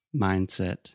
mindset